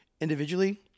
individually